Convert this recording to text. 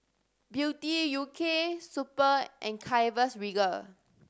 Beauty U K Super and Chivas Regal